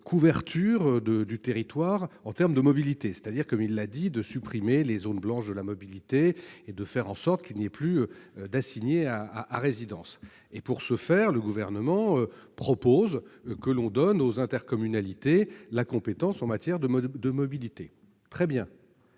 couverture du territoire en termes de mobilité, soit, selon ses propres dires, de supprimer les zones blanches de la mobilité et de faire en sorte qu'il n'y ait plus d'assignés à résidence. Pour ce faire, il propose de donner aux intercommunalités la compétence en matière de mobilité. Très bien